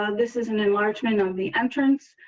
and this is an enlargement of the entrance.